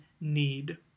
need